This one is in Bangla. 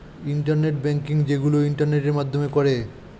ইন্টারনেট ব্যাংকিং যেইগুলো ইন্টারনেটের মাধ্যমে করে